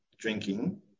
drinking